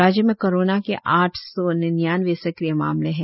राज्य में कोरोना के आठ सौ निन्यानबे सक्रिय मामले है